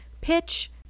pitch